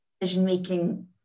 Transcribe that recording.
decision-making